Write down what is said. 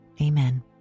Amen